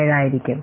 07 ആയിരിക്കും